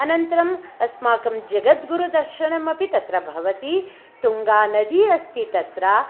अनन्तरम् अस्माकं जगद्गुरुदर्शनमपि तत्र भवति तुङ्गानदी अस्ति तत्र